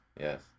yes